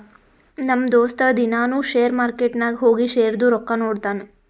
ನಮ್ ದೋಸ್ತ ದಿನಾನೂ ಶೇರ್ ಮಾರ್ಕೆಟ್ ನಾಗ್ ಹೋಗಿ ಶೇರ್ದು ರೊಕ್ಕಾ ನೋಡ್ತಾನ್